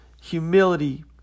humility